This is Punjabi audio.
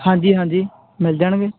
ਹਾਂਜੀ ਹਾਂਜੀ ਮਿਲ ਜਾਣਗੇ